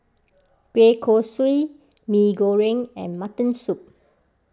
Kueh Kosui Mee Goreng and Mutton Soup